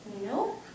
No